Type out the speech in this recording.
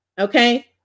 okay